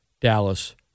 Dallas